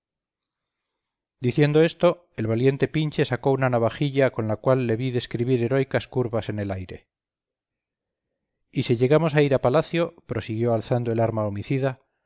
diciendo esto el valiente pinche sacó una navajilla con la cual le vi describir heroicas curvas en el aire y si llegamos a ir a palacio prosiguió alzando el arma homicida